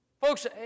Folks